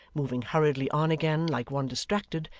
moving hurriedly on again, like one distracted,